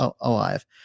alive